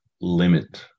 limit